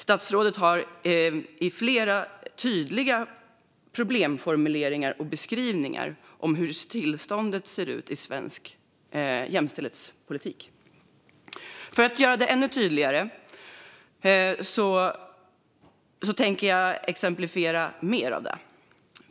Statsrådet har flera tydliga problemformuleringar och beskrivningar av hur tillståndet ser ut i svensk jämställdhetspolitik. För att göra det ännu tydligare tänker jag exemplifiera mer av det.